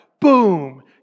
boom